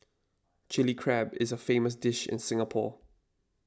Chilli Crab is a famous dish in Singapore